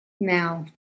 now